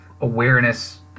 awareness